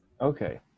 Okay